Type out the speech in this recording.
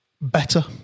Better